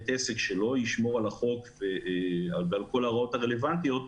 בית עסק שלא ישמור על החוק ועל כל ההוראות הרלוונטיות,